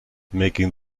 making